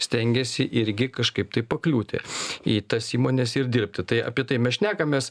stengiasi irgi kažkaip tai pakliūti į tas įmones ir dirbti tai apie tai mes šnekamės